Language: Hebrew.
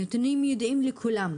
הנתונים ידועים לכולם.